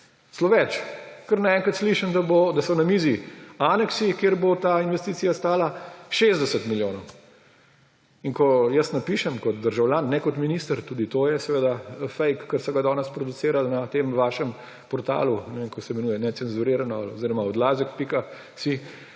Celo več, kar naenkrat slišim, da so na mizi aneksi, kjer bo ta investicija stala 60 milijonov. In ko jaz napišem kot državljan, ne kot minister, tudi to je seveda fejk, ki so ga danes sproducirali na tem vašem portalu, ne vem, kako se imenuje, Necenzurirano oziroma Odlazek.si